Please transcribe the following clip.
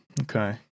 Okay